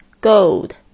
gold